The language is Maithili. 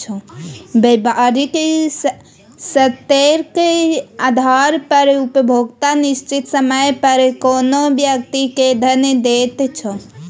बेपारिक शर्तेक आधार पर उपभोक्ता निश्चित समय पर कोनो व्यक्ति केँ धन दैत छै